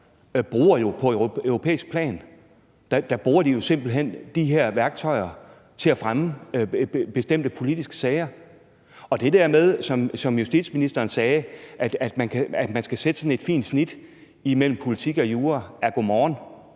på europæisk plan bruger de her værktøjer til at fremme bestemte politiske sager. Og til det der med, at justitsministeren sagde, at man skal lægge et fint snit imellem politik og jura, må jeg sige: